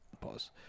pause